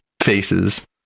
faces